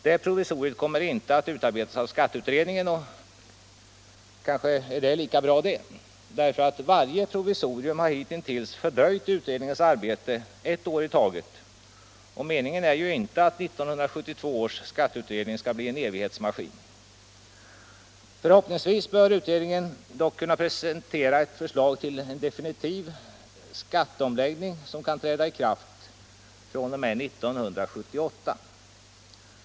Det provisoriet kommer inte att utarbetas av skatteutredningen, och lika bra är kanske det; varje provisorium har hittills fördröjt utredningens arbete ett år i taget och meningen är ju inte att 1972 års skatteutredning skall bli en evighetsmaskin. Förhoppningsvis bör utredningen dock kunna presentera förslag till definitiv skatteomläggning att träda i kraft 1978.